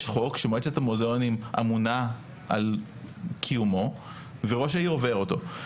יש חוק שמועצת המוזיאונים אמונה על קיומו וראש העיר עובר אותו.